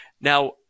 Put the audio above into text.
Now